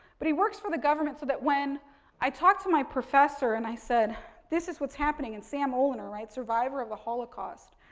but, he works for the government so like when i talked to my professor and i said this is what's happening. and, same oliner, right, survivor of the holocaust.